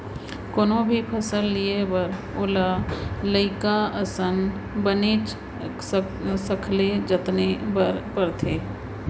कोनो भी फसल लिये बर ओला लइका असन बनेच सखले जतने बर परथे